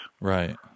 Right